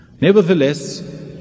Nevertheless